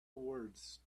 words